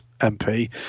MP